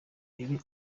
ibi